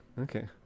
Okay